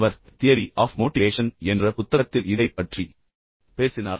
அவர் தனது புத்தகமான theory of motivation என்ற புத்தகத்தில் இதைப் பற்றி பேசினார்